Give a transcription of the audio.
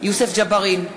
יוסף ג'בארין,